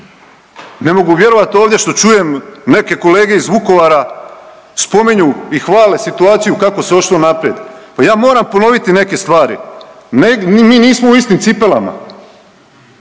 Ne mogu vjerovati ovdje što čujem neke kolege iz Vukovara spominju i hvale situaciju kako se ošlo naprijed. Pa ja moram ponoviti neke stvari. Mi nismo u istim cipelama.